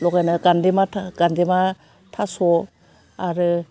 लगायना गान्दे माथा गान्देमा थास' आरो